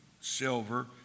silver